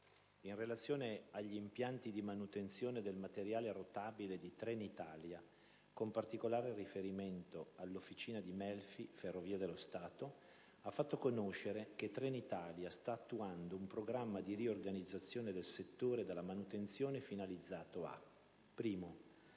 in relazione agli impianti di manutenzione del materiale rotabile di Trenitalia, con particolare riferimento all'Officina di Melfi, Ferrovie dello Stato ha fatto conoscere che Trenitalia sta attuando un programma di riorganizzazione del settore della manutenzione, finalizzato a: